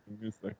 music